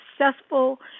successful